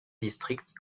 district